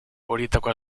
horietako